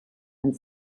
and